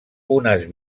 uns